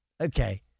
okay